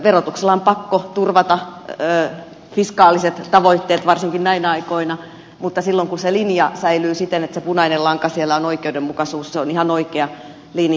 verotuksella on pakko turvata fiskaaliset tavoitteet varsinkin näinä aikoina mutta silloin kun se linja säilyy siten että se punainen lanka siellä on oikeudenmukaisuus niin se on ihan oikea linja